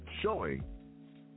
showing